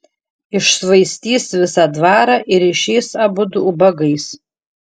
iššvaistys visą dvarą ir išeis abudu ubagais